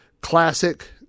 classic